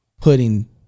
putting